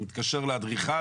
הוא מתקשר לאדריכל,